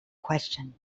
question